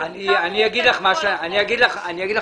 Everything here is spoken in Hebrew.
אני אומר לך מה אני חושב.